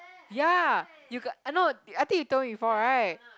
ya you got no I think you told me before right